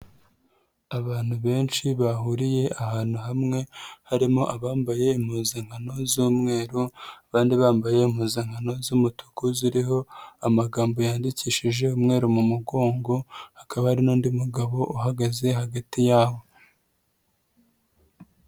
Abantu benshi bahuriye ahantu hamwe harimo abambaye impuzankano z'umweru abandi bambaye impuzankano z'umutuku ziriho amagambo yandikishije umweru mu mugongo, hakaba ari n'undi mugabo uhagaze hagati yabo.